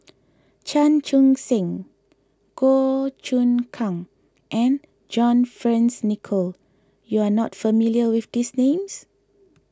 Chan Chun Sing Goh Choon Kang and John Fearns Nicoll you are not familiar with these names